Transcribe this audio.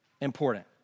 important